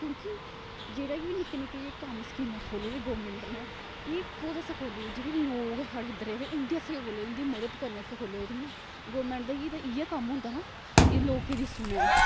क्योंकि जेह्ड़े बी निक्के निक्के जे कम्म स्कीमां खोह्ले दे गौरमेंट न ने एह् कोदै आस्तै खोह्ले दे जेह्ड़े लोक ऐ साढ़े इद्धर दे उंदी आस्तै खोह्ल दे उंदी मदद करने आस्तै खोह्ल देक न गौरमेंट दा इ'यै कम्म होंदा ना कि लोकें दी सुनेै